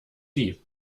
sie